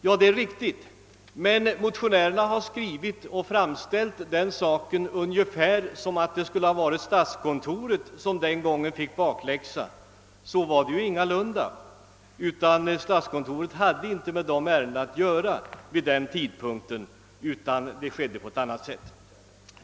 Ja, det är riktigt, men motionärerna har framhållit den saken ungefär som om statskontoret den gången fick bakläxa, men så var ju ingalunda fallet. Statskontoret hade vid den tidpunkten inte med dessa ärenden att göra.